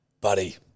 Buddy